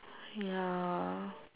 ya